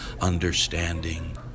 understanding